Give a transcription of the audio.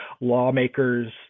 lawmakers